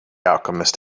alchemist